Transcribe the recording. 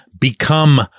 become